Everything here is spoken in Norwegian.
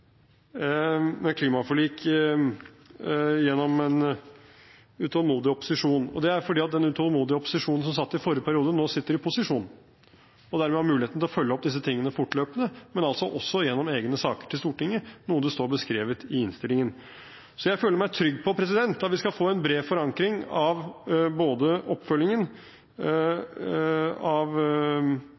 med klimaforlik gjennom en utålmodig opposisjon – og det er fordi den utålmodige opposisjonen som satt i forrige periode, nå sitter i posisjon og dermed har muligheten til å følge opp disse tingene fortløpende, også gjennom egne saker til Stortinget, noe som er beskrevet i innstillingen. Så jeg føler meg trygg på at vi skal få en bred forankring av både målet – noe vi har fått i dag – og oppfølgingen av